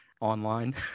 online